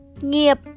nghiệp